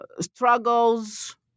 struggles